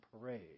parade